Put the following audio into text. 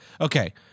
okay